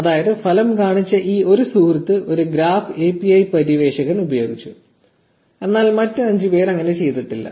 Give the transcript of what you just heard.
അതായത് ഫലം കാണിച്ച ഈ ഒരു സുഹൃത്ത് ഒരു ഗ്രാഫ് API പര്യവേക്ഷകൻ ഉപയോഗിച്ചു എന്നാൽ മറ്റ് 5 പേർ അങ്ങനെ ചെയ്തിട്ടില്ല